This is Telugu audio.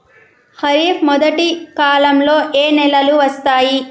ఖరీఫ్ మొదటి కాలంలో ఏ నెలలు వస్తాయి?